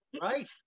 Right